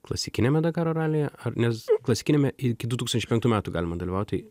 klasikiniame dakaro ralyje ar nes klasikiniame iki du tūkstančiai penktų metų galima dalyvaut tai